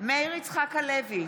מאיר יצחק הלוי,